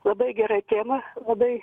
labai gera tema labai